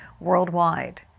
worldwide